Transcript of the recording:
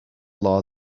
law